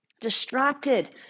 distracted